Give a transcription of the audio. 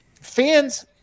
fans